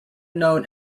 known